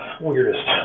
weirdest